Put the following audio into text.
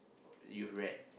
you've read